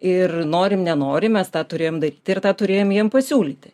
ir norim nenorim mes tą turėjom daryti ir tą turėjom jiem pasiūlyti